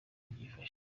byifashe